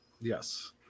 Yes